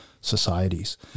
societies